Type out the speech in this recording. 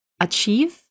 achieve